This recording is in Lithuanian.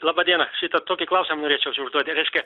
laba diena šitą tokį klausimą norėčiau čia užduot reiškia